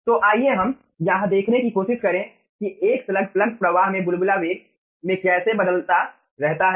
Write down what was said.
तो आइए हम यह देखने की कोशिश करें कि एक स्लग प्लग प्रवाह में बुलबुला वेग में कैसे बदलता रहता है